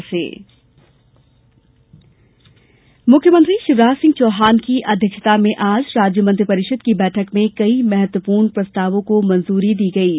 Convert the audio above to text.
cabinet मुख्यमंत्री शिवराज सिंह चौहान की अध्यक्षता में आज राज्य मंत्री परिषद की बैठक में कई महत्वपूर्ण प्रस्तावों को मंजूरी दी गई है